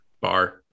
Bar